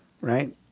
right